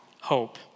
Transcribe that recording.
hope